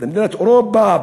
במדינת אירופה?